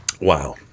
Wow